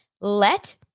Let